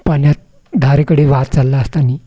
पाण्यात धारेकडे वाहत चालला असताना